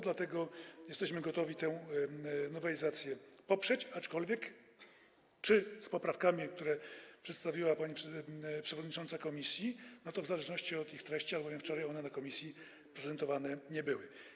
Dlatego jesteśmy gotowi tę nowelizację poprzeć, aczkolwiek czy z poprawkami, które przedstawiła pani przewodnicząca komisji, to w zależności od ich treści, albowiem wczoraj one w komisji prezentowane nie były.